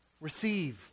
receive